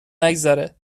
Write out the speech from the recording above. نگذره